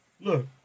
Look